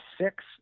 six